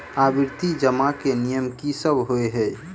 आवर्ती जमा केँ नियम की सब होइ है?